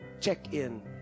check-in